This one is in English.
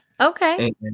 Okay